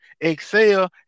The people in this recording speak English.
excel